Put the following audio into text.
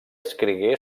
escrigué